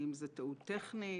האם זו טעות טכנית?